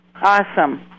Awesome